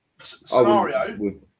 scenario